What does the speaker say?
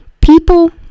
people